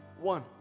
one